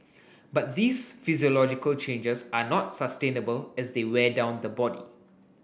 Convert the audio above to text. but these physiological changes are not sustainable as they wear down the body